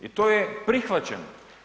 I to je prihvaćeno.